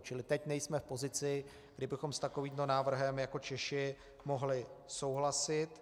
Čili teď nejsme v pozici, kdy bychom s takovým návrhem jako Češi mohli souhlasit.